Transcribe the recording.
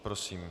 Prosím.